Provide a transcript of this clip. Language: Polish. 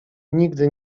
nigdy